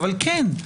אבל כן,